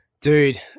Dude